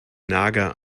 nager